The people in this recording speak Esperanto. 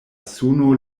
suno